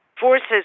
Forces